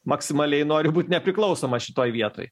maksimaliai nori būt nepriklausoma šitoj vietoj